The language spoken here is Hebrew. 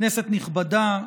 כנסת נכבדה,